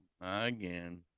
again